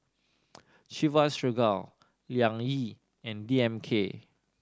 Chivas Regal Liang Yi and D M K